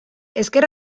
ezker